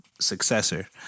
successor